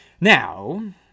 Now